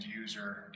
user